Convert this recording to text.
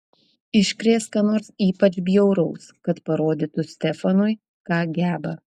iškrės ką nors ypač bjauraus kad parodytų stefanui ką geba